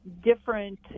different